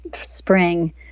Spring